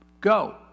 go